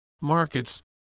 markets